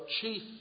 chief